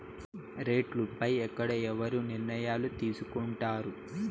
రేట్లు పై ఎక్కడ ఎవరు నిర్ణయాలు తీసుకొంటారు?